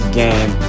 game